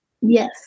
yes